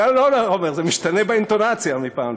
לא, לא, עמר, זה משתנה באינטונציה מפעם לפעם.